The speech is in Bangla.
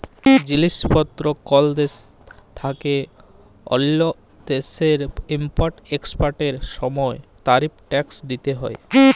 জিলিস পত্তর কল দ্যাশ থ্যাইকে অল্য দ্যাশে ইম্পর্ট এক্সপর্টের সময় তারিফ ট্যাক্স দ্যিতে হ্যয়